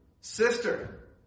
sister